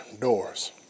doors